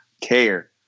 care